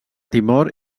timor